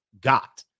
got